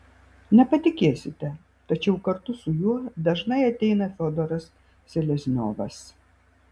nepatikėsite tačiau kartu su juo dažnai ateina fiodoras selezniovas